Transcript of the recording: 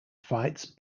fights